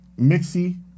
Mixy